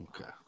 Okay